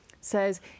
says